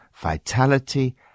vitality